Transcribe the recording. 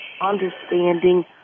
understanding